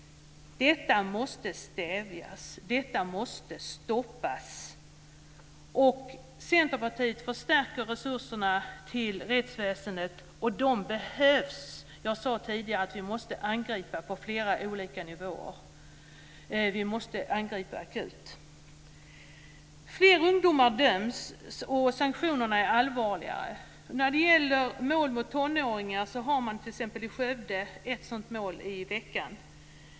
Detta måste stävjas och stoppas. Centerpartiet förstärker resurserna till rättsväsendet, och de behövs. Jag sade tidigare att vi måste ingripa akut på flera nivåer. Fler ungdomar döms, och sanktionerna är allvarligare. Jag kan vad gäller mål mot tonåringar nämna att man t.ex. i Skövde har ett sådant mål i veckan.